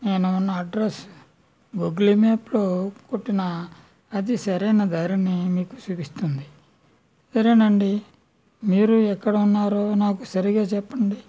నేను నా అడ్రస్ గూగులి మ్యాప్లో కొట్టిన అది సరైన దారిని మీకు చూపిస్తుంది సరేనండి మీరు ఎక్కడ ఉన్నారో నాకు సరిగ్గా చెప్పండి